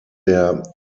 der